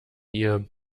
ihr